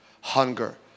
hunger